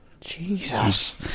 Jesus